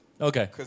Okay